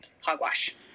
hogwash